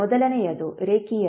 ಮೊದಲನೆಯದು ರೇಖೀಯತೆ